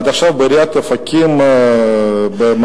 ועד עכשיו בעיריית אופקים שני פקידים